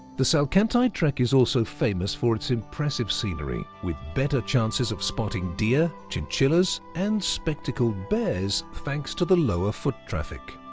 the salkantay trek is also famous for its impressive scenery, with better chances of spotting deers, chinchillas and spectacled bears thanks to the lower foot traffic.